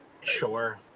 Sure